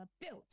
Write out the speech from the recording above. built